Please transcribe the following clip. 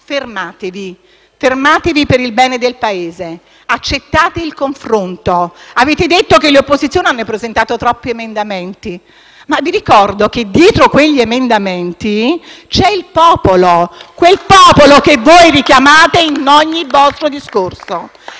Fermatevi, per il bene del Paese, accettate il confronto. Avete detto che le opposizioni hanno presentato troppi emendamenti. Vi ricordo che dietro quegli emendamenti c'è il popolo, quel popolo che richiamate in ogni vostro discorso.